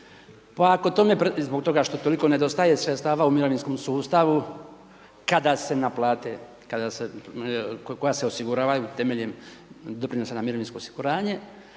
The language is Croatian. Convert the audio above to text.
kuna i zbog toga što toliko nedostaje sredstava u mirovinskom sustavu koja se osiguravaju temeljem doprinosa na mirovinsko osiguranje,